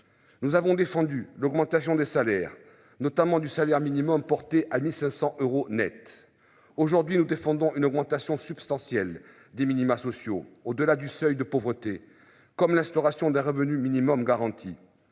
Nous avons défendu l'augmentation des salaires, notamment du salaire minimum porté à 1500 euros Net. Aujourd'hui nous défendons une augmentation substantielle des minima sociaux. Au-delà du seuil de pauvreté comme l'instauration d'un revenu minimum garanti.